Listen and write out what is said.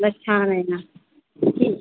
उलट छान आहे ना फी